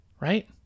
Right